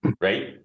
right